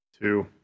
two